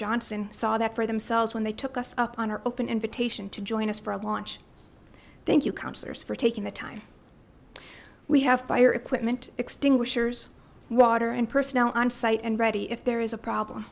johnson saw that for themselves when they took us up on our open invitation to join us for a launch thank you counselors for taking the time we have fire equipment extinguishers water and personnel on site and ready if there is a problem